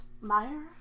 Meyer